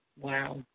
Wow